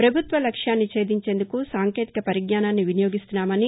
ప్రభుత్వ లక్ష్యాన్ని ఛేదించేందుకు సాంకేతిక పరిజ్ఞానాన్ని వినియోగిస్తున్నామని